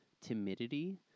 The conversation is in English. timidity